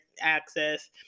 access